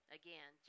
again